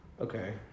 Okay